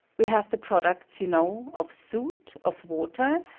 we have the products, you know, of soot, of water,